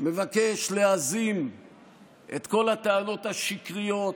מבקש להזים את כל הטענות השקריות,